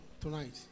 tonight